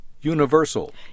Universal